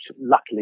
luckily